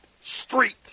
street